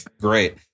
Great